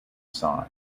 sign